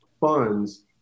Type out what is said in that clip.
funds